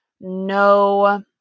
no